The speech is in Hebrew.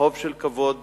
חוב של כבוד